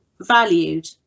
valued